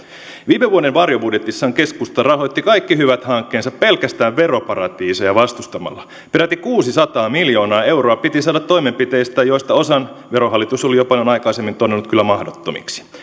viime vuoden varjobudjetissaan keskusta rahoitti kaikki hyvät hankkeensa pelkästään veroparatiiseja vastustamalla peräti kuusisataa miljoonaa euroa piti saada toimenpiteistä joista osan verohallitus oli jo paljon aikaisemmin todennut kyllä mahdottomiksi